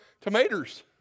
tomatoes